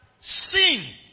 sin